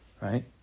Right